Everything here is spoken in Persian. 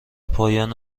پایان